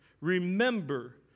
remember